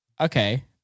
okay